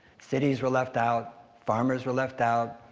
cities were left out. farmers were left out.